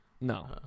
No